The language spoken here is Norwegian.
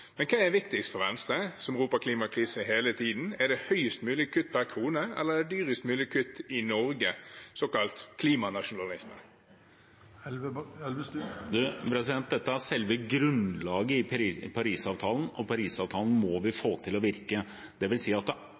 Men hva er viktigst for Venstre, som roper klimakrise hele tiden? Er det mest mulig kutt per krone, eller er det dyrest mulig kutt i Norge, såkalt klimanasjonalisme? Dette er selve grunnlaget i Parisavtalen, og Parisavtalen må vi få til å virke. Det vil si at alle land må følge opp sine forpliktelser og forsterke sine forpliktelser. Det